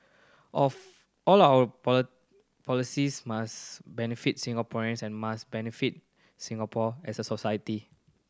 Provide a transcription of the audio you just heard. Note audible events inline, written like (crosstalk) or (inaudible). of all our (unintelligible) policies must benefit Singaporeans and must benefit Singapore as a society